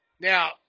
Now